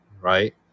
right